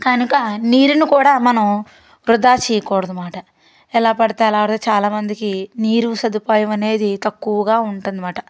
కనుక నీరుని కూడా మనం వృధా చేయకూడదు అన్నమాట ఎలా పడితే అలా వాడితే చాలామందికి నీరు సదుపాయం అనేది తక్కువగా ఉంటుంది అన్నమాట